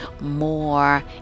more